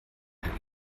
herr